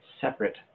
separate